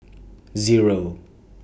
Zero